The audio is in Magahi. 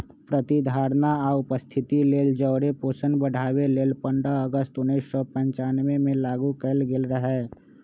प्रतिधारणा आ उपस्थिति लेल जौरे पोषण बढ़ाबे लेल पंडह अगस्त उनइस सौ पञ्चानबेमें लागू कएल गेल रहै